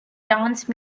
dance